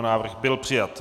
Návrh byl přijat.